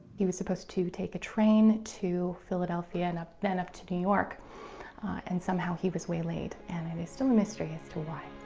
he was supposed to take a train to philadelphia and then up to new york and somehow he was waylaid and it's still a mystery as to why.